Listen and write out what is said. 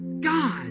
God